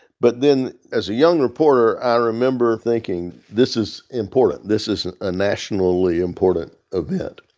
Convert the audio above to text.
but then, as a young reporter, i remember thinking, this is important. this is a nationally important event.